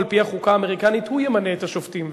על-פי החוקה האמריקנית הוא ימנה את השופטים.